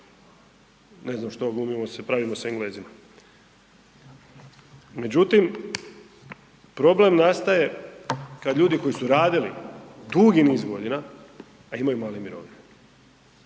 ne znam što, glumimo se, pravimo se Englezima. Međutim, problem nastaje kad ljudi koji su radili dugi niz godina, a imaju male mirovine.